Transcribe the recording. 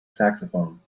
saxophone